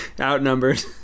Outnumbered